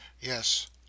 Yes